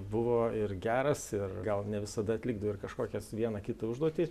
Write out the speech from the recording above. buvo ir geras ir gal ne visada atlikdavo ir kažkokias vieną kitą užduotį